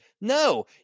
No